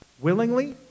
willingly